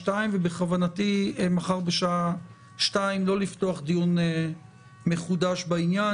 בכוונתי בשעה 14:00 מחר לא לפתוח דיון מחודש בעניין,